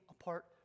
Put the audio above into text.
apart